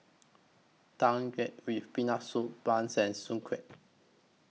Tang Yuen with Peanut Soup Bun and Soon Kuih